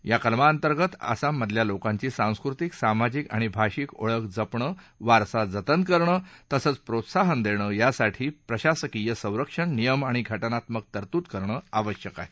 या कलमाअंतर्गत आसाममधील लोकांची सांस्कृतिक सामाजिक भाषीक ओळख जपणं वारसा जतन करणं आणि प्रोत्साहन देणं यासाठी प्रशासकीय संरक्षण नियम आणि घाज्ञात्मक तरतूद करणं आवश्यक आहे